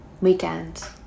Weekend